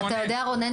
רונן,